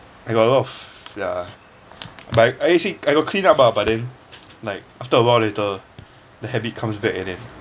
I got a lot of ya but I actually I got clean up ah but then like after a while later the habit comes back and then